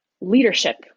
leadership